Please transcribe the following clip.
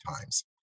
times